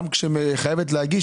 גם שהיא חייבת להגיש,